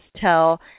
tell